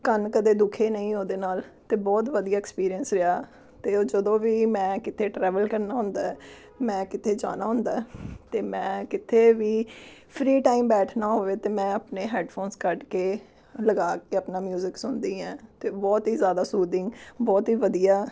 ਕੰਨ ਕਦੇ ਦੁਖੇ ਨਹੀਂ ਉਹਦੇ ਨਾਲ ਅਤੇ ਬਹੁਤ ਵਧੀਆ ਐਕਸਪੀਰੀਐਂਸ ਰਿਹਾ ਅਤੇ ਉਹ ਜਦੋਂ ਵੀ ਮੈਂ ਕਿਤੇ ਟਰੈਵਲ ਕਰਨਾ ਹੁੰਦਾ ਮੈਂ ਕਿਤੇ ਜਾਣਾ ਹੁੰਦਾ ਅਤੇ ਮੈਂ ਕਿਤੇ ਵੀ ਫ੍ਰੀ ਟਾਈਮ ਬੈਠਣਾ ਹੋਵੇ ਤਾਂ ਮੈਂ ਆਪਣੇ ਹੈੱਡਫੋਨਸ ਕੱਢ ਕੇ ਲਗਾ ਕੇ ਆਪਣਾ ਮਿਊਜ਼ਿਕ ਸੁਣਦੀ ਹਾਂ ਅਤੇ ਬਹੁਤ ਹੀ ਜ਼ਿਆਦਾ ਸੂਦਿੰਗ ਬਹੁਤ ਹੀ ਵਧੀਆ